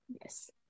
Yes